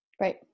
right